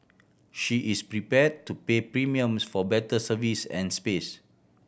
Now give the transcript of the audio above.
she is prepared to pay premiums for better service and space